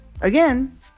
again